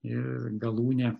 ir galūnė